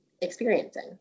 experiencing